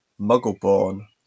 muggle-born